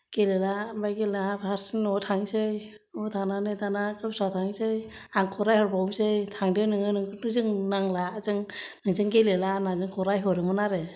गेलेला ओमफ्राय गेलेला आं हारसिं न'आव थांसै न'आव थांनानै दाना गावस्रा थांसै आंखौ रायहरबावनोसै थांदो नोङो नोंखौथ' जों नांला जों नोंजों गेलेला होनना जोंखौ रायहरोमोन आरो